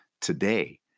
today